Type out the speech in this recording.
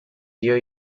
dio